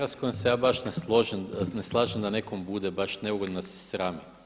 s kojom se ja baš ne slažem da nekom bude baš neugodno i da se srami.